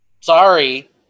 sorry